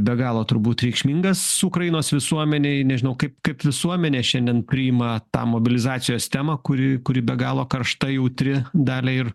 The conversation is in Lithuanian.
be galo turbūt reikšmingas ukrainos visuomenei nežinau kaip kaip visuomenė šiandien priima tą mobilizacijos temą kuri kuri be galo karšta jautri dalia ir